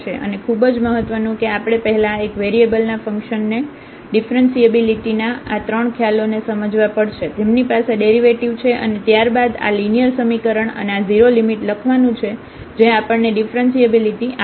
અને ખુબજ મહત્વનું કે આપણે પહેલા આ એક વેરીએબલ ના ફંક્શન ની ડિફ્રન્સિએબીલીટી ના આ ત્રણ ખ્યાલો ને સમજવા પડશે જેમની પાસે ડેરિવેટિવ છે અને ત્યારબાદ આ લિનિયર સમીકરણ અને આ 0 લિમિટ લખવાનું જે આપણને ડિફ્રન્સિએબીલીટી આપશે